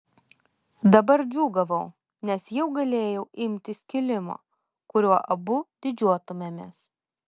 dabar džiūgavau nes jau galėjau imtis kilimo kuriuo abu didžiuotumėmės